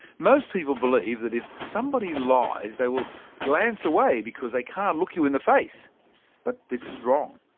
most people believe that if somebody lies, they will glance away, because they cannot look you in the face but this is wrong.